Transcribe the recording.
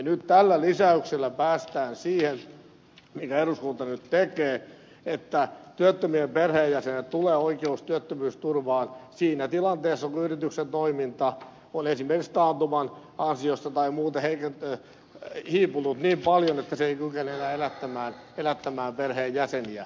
nyt tällä lisäyksellä minkä eduskunta nyt tekee päästään siihen että työttömien perheenjäsenelle tulee oikeus työttömyysturvaan siinä tilanteessa kun yrityksen toiminta on esimerkiksi taantuman ansiosta tai muuten hiipunut niin paljon että se ei kykene enää elättämään perheenjäseniä